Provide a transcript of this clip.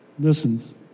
listens